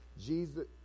Jesus